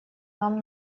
нам